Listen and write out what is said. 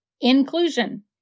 Inclusion